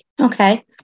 Okay